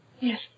Yes